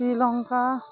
Sri Lanka